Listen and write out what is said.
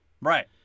right